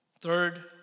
Third